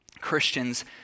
Christians